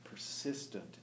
Persistent